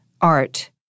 art